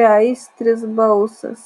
beaistris balsas